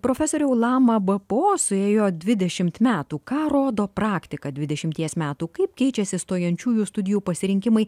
profesoriau lama bpo suėjo dvidešimt metų ką rodo praktika dvidešimties metų kaip keičiasi stojančiųjų studijų pasirinkimai